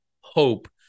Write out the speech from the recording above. hope